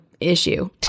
issue